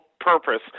purpose